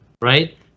right